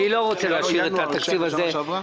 אני לא רוצה להשאיר את התקציב הזה.